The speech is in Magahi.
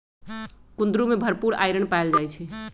कुंदरू में भरपूर आईरन पाएल जाई छई